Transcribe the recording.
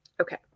Okay